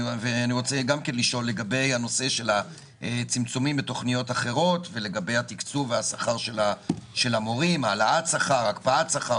ואני שואל לגבי זה ולגבי התקצוב והשכר של המורים הקפאת שכר,